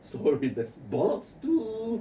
sorry that's bollocks too